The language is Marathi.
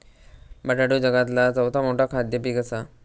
बटाटो जगातला चौथा मोठा खाद्य पीक असा